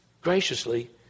graciously